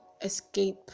escape